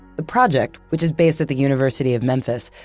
the project, which is based at the university of memphis,